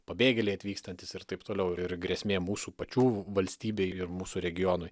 pabėgėliai atvykstantys ir taip toliau ir grėsmė mūsų pačių valstybei ir mūsų regionui